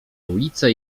ulice